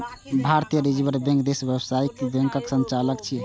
भारतीय reserve bank देशक व्यावसायिक बैंकक संचालक छियै